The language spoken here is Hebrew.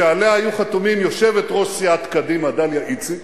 שעליה היו חתומים יושבת-ראש סיעת קדימה דליה איציק